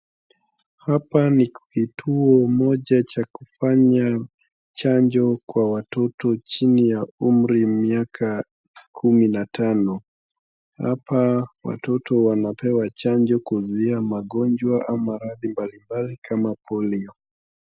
Hapa ni kituo moja cha kufanya chanjo kwa watoto chini ya umri miaka kumi na tano, hapa watoto wanapewa chanjo kuzuia magonjwa ama maradhi mbali mbali kama Polio.